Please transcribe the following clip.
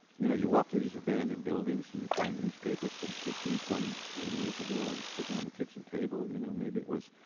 you know you ah through these abandoned buildings and you find newspapers from fifteen, twenty twenty years ago and sitting on the kitchen table, you know. maybe it was